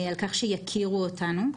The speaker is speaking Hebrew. על-כך שיכירו אותנו.